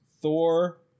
Thor